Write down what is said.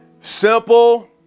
simple